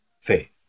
faith